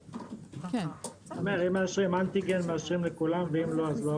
אני אומר אם מאשרים אנטיגן אז מאשרים לכולם ואם לא אז לא,